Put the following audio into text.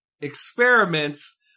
experiments